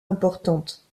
importante